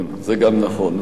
נכון.